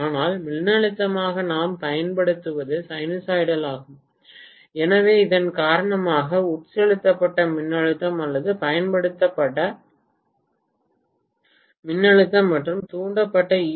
ஆனால் மின்னழுத்தமாக நாம் பயன்படுத்துவது சைனூசாய்டல் ஆகும் எனவே இதன் காரணமாக உட்செலுத்தப்பட்ட மின்னழுத்தம் அல்லது பயன்படுத்தப்பட்ட மின்னழுத்தம் மற்றும் தூண்டப்பட்ட ஈ